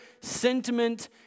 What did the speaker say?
sentiment